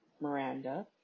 Miranda